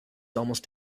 almost